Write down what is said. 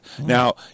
Now